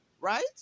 Right